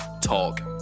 Talk